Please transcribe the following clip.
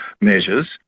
measures